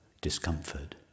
discomfort